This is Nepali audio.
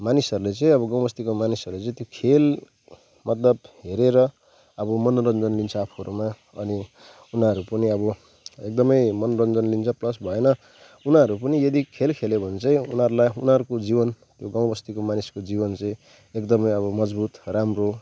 मानिसहरले चाहिँ अब गाउँ बस्तीको मानिसहरूले चाहिँ त्यो खेल मतलब हेरेर अब मनोरञ्जन लिन्छ आफुहरूमा अनि उनीहरू पनि अब एकदमै मनोरञ्जन लिन्छ प्लस भएन उनीहरू पनि यदि खेल खेल्यो भने चाहिँ उनीहरूलाई उनीहरूको जीवन गाउँ बस्तीको मानिसको जीवन चाहिँ एकदमै अब मजबुद राम्रो